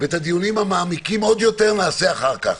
ואת הדיונים המעמיקים עוד יותר נעשה אחר כך.